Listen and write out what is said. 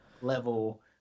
level